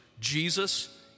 Jesus